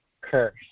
Curse